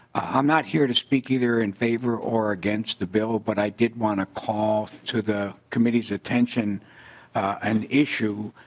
i'm not here to speak either in favor or against the bill but i did want to call to the committee's attention an issue.